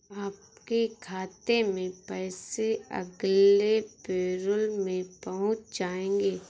आपके खाते में पैसे अगले पैरोल में पहुँच जाएंगे